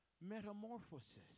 metamorphosis